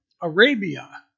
Arabia